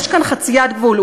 יש כאן חציית גבול.